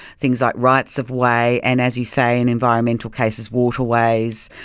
things like rights of way and, as you say, in environmental cases, waterways,